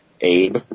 Abe